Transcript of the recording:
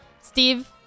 Steve